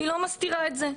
היא לא מסתירה את זה.